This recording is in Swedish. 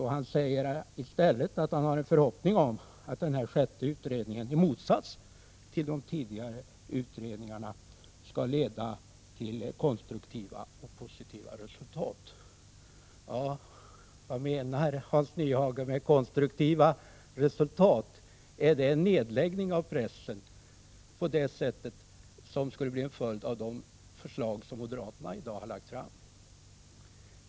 Han säger att han har en förhoppning om att den sjätte utredningen, i motsats till de tidigare utredningarna, skall leda till konstruktiva och positiva resultat. Vad menar då Hans Nyhage med konstruktiva resultat — är det en nedläggning av tidningar på det sätt som skulle bli följden av de förslag som moderaterna har lagt fram?